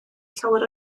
llawer